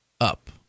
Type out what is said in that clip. up